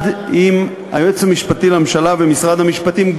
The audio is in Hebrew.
עם היועץ המשפטי לממשלה ומשרד המשפטים,